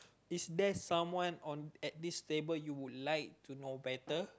is there some one on at this table you would like to know better